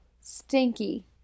stinky